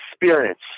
experience